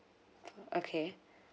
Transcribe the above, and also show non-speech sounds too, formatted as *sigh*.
*noise* okay